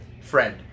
friend